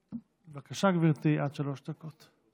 בבקשה, גברתי, עד שלוש דקות.